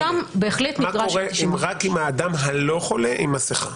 שם בהחלט נדרשת --- מה קורה אם רק האדם הבריא עם מסכה?